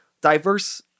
diverse